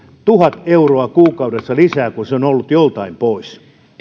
tuhat euroa kuukaudessa lisää kun se on ollut joltain pois